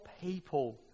people